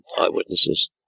eyewitnesses